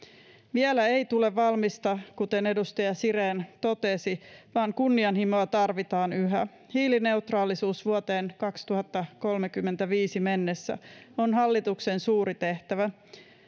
vielä ei tule valmista kuten edustaja siren totesi vaan kunnianhimoa tarvitaan yhä hiilineutraalisuus vuoteen kaksituhattakolmekymmentäviisi mennessä on hallituksen suuri tehtävä